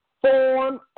form